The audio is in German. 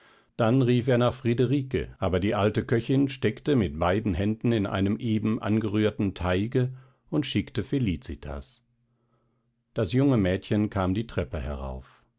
dann rief er nach friederike aber die alte köchin steckte mit beiden händen in einem eben angerührten teige und schickte felicitas das junge mädchen kam die treppe herauf